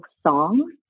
song